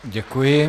Děkuji.